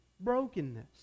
brokenness